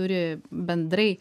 turi bendrai